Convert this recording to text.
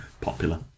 popular